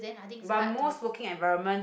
but most working environment